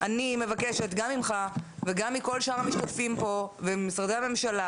אני מבקשת גם ממך וגם מכל שאר המשתתפים פה וממשרדי הממשלה